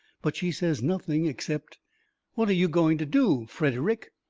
but she says nothing, except what are you going to do, frederick?